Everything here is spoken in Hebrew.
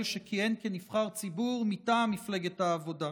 שכיהן כנבחר ציבור מטעם מפלגת העבודה.